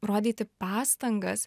rodyti pastangas